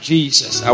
Jesus